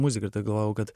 muziką ir tada galvojau kad